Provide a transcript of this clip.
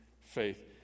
faith